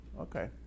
okay